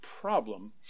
problem